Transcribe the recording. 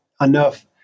enough